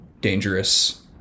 dangerous